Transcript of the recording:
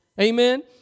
Amen